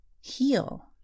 heal